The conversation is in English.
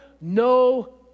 no